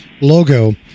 logo